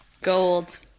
Gold